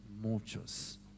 muchos